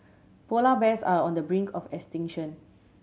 polar bears are on the brink of extinction